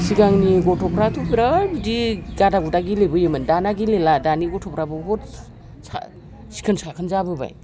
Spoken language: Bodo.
सिगांनि गथ'फ्राथ' बिराद बिदि गादा गुदा गेलेबोयोमोन दाना गेलेला दानि गथ'फ्रा बहुद सिखोन साखोन जाबोबाय